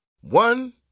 One